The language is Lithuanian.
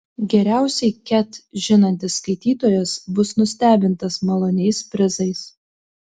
geriausiai ket žinantis skaitytojas bus nustebintas maloniais prizais